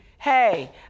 Hey